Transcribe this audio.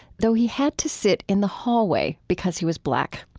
though he had to sit in the hallway because he was black.